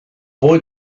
boy